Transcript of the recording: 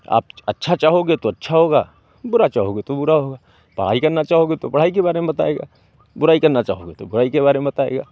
आप अच्छा चाहोगे तो अच्छा होगा बुरा चाहोगे तो बुरा होगा पढ़ाई करना चाहोगे तो पढ़ाई के बारे में बताएगा बुराई करना चाहोगे तो बुराई के बारे में बताएगा